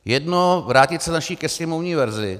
Jedno vrátit se naší ke sněmovní verzi.